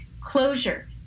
Closure